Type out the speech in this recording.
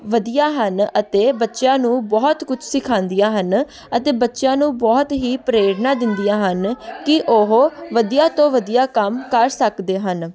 ਵਧੀਆ ਹਨ ਅਤੇ ਬੱਚਿਆਂ ਨੂੰ ਬਹੁਤ ਕੁਛ ਸਿਖਾਉਂਦੀਆਂ ਹਨ ਅਤੇ ਬੱਚਿਆਂ ਨੂੰ ਬਹੁਤ ਹੀ ਪ੍ਰੇਰਨਾ ਦਿੰਦੀਆਂ ਹਨ ਕਿ ਉਹ ਵਧੀਆ ਤੋਂ ਵਧੀਆ ਕੰਮ ਕਰ ਸਕਦੇ ਹਨ